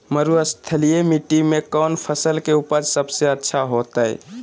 मरुस्थलीय मिट्टी मैं कौन फसल के उपज सबसे अच्छा होतय?